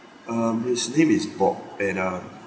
um his name is bob and uh